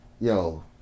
yo